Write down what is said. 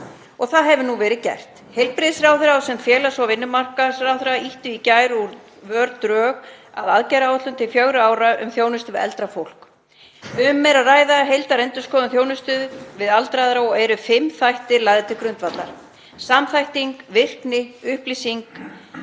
Það hefur nú verið gert. Heilbrigðisráðherra og félags- og vinnumarkaðsráðherra ýttu í gær úr vör drögum að aðgerðaáætlun til fjögurra ára um þjónustu við eldra fólk. Um er að ræða heildarendurskoðun þjónustu við aldraða og eru fimm þættir lagðir til grundvallar: samþætting, virkni, upplýsing,